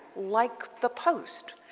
like the post.